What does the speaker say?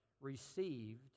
received